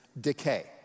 decay